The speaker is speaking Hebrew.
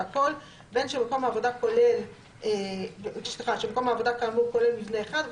והכול בין שמקום העבודה כאמור כולל מבנה אחד,